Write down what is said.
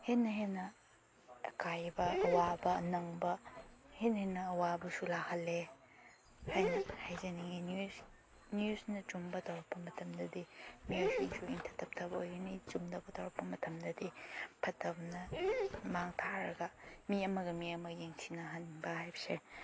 ꯍꯦꯟꯅ ꯍꯦꯟꯅ ꯑꯀꯥꯏꯕ ꯑꯋꯥꯕ ꯅꯪꯕ ꯍꯦꯟꯅ ꯍꯦꯟꯅ ꯑꯋꯥꯕꯁꯨ ꯂꯥꯛꯍꯜꯂꯦ ꯍꯥꯏꯅ ꯍꯥꯏꯖꯅꯤꯡꯉꯤ ꯅ꯭ꯌꯨꯖꯅ ꯆꯨꯝꯕ ꯇꯧꯔꯛꯄ ꯃꯇꯝꯗꯗꯤ ꯃꯤꯑꯣꯏꯁꯤꯡꯁꯨ ꯏꯪꯊ ꯇꯞꯊꯕ ꯑꯣꯏꯒꯅꯤ ꯆꯨꯝꯗꯕ ꯇꯧꯔꯛꯄ ꯃꯇꯝꯗꯗꯤ ꯐꯠꯇꯕꯅ ꯃꯥꯡ ꯊꯥꯔꯒ ꯃꯤ ꯑꯃꯒ ꯃꯤ ꯑꯃꯒ ꯌꯦꯡꯊꯤꯅꯍꯟꯕ ꯍꯥꯏꯕꯁꯦ